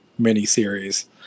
miniseries